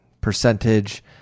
percentage